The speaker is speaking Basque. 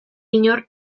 inor